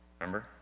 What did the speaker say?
Remember